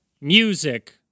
music